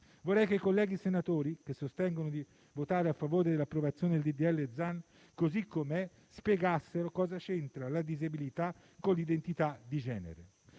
Vorrei che i colleghi senatori che sostengono di votare a favore dell'approvazione del disegno di legge Zan così com'è spiegassero cosa c'entra la disabilità con l'identità di genere.